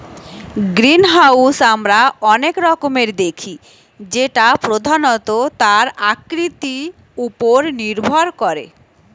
greenhouse আমরা অনেক রকমের দেখি যেটা প্রধানত তার আকৃতি উপর নির্ভর করে